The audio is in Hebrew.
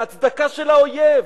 ההצדקה של האויב,